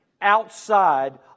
outside